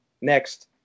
next